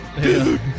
dude